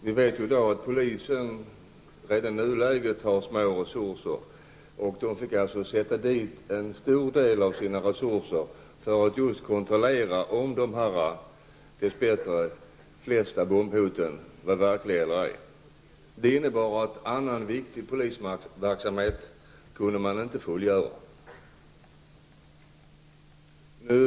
Vi vet att polisen redan i nuläget har små resurser, och polisen fick sätta in en stor del av resurserna för att just kontrollera om dessa bombhot -- de flesta dess bättre falska -- var verkliga eller ej. Det innebar att annan viktig polisverksamhet inte kunde fullgöras.